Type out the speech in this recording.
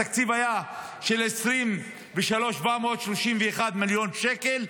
התקציב של 2023 היה 731 מיליון שקל,